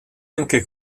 anche